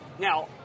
Now